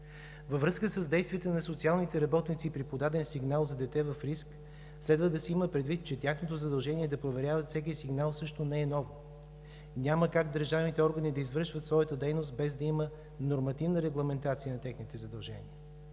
Във връзка с действията на социалните работници при подаден сигнал за дете в риск, следва да се има предвид, че тяхното задължение да проверяват всеки сигнал също не е ново. Няма как държавните органи да извършват своята дейност, без да има нормативна регламентация на техните задължения.